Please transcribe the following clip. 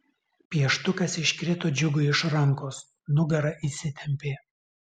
pieštukas iškrito džiugui iš rankos nugara įsitempė